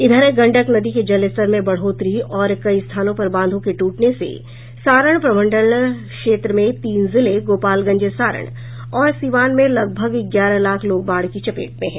इधर गंडक नदी के जलस्तर में बढ़ोतरी और कई स्थानों पर बांधों के ट्रटने से सारण प्रमंडल क्षेत्र में तीन जिले गोपालगंज सारण और सीवान में लगभग ग्यारह लाख लोग बाढ़ की चपेट में हैं